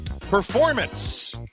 performance